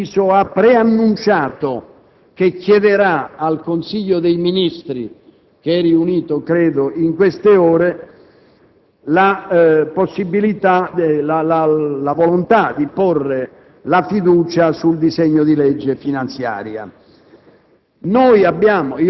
voglio essere preciso, ha preannunciato che chiederà al Consiglio dei ministri, credo riunito in queste ore, di esprimersi sulla volontà di porre la fiducia sul disegno di legge finanziaria.